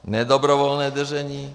Nedobrovolné držení?